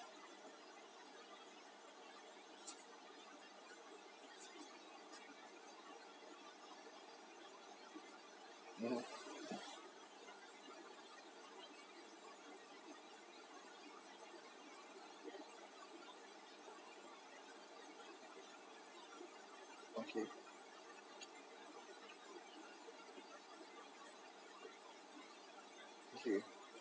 okay okay